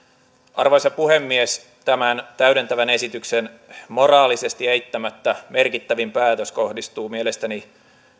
arvoisa puhemies tämän täydentävän esityksen moraalisesti eittämättä merkittävin päätös kohdistuu mielestäni